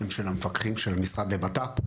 הן של המפקחים של המשרד לבט"פ.